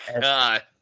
God